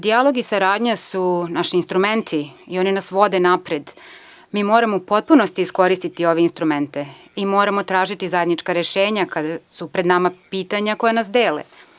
Dijalog i saradnja su naši instrumenti i oni nas vode napred i mi moramo u potpunosti iskoristiti ove instrumente i moramo tražiti zajednička rešenja kada su pred nama pitanja koja nas dele.